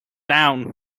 down